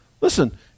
Listen